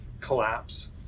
collapse